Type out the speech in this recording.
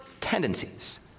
tendencies